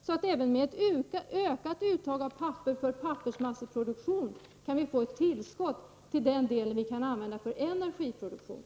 Så även med ökat uttag av papper för pappersmasseproduktion kan vi få ett tillskott till den del som vi använder för energiproduktion.